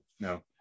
No